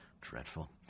Dreadful